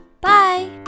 Bye